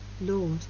Lord